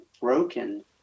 broken